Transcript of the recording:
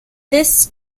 this